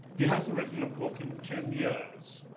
he hasn't written a book in ten years.